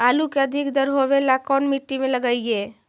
आलू के अधिक दर होवे ला कोन मट्टी में लगीईऐ?